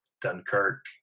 Dunkirk